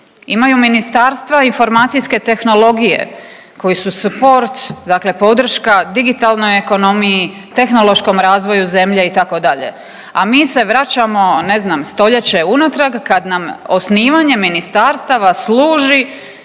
imaju ministarstva informacijske tehnologije, koji su suport dakle podrška digitalnoj ekonomiji, tehnološkom razvoju zemlje itd., a mi se vraćamo ne znam stoljeće unatrag kad nam osnivanje ministarstava služi